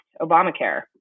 Obamacare